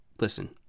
Listen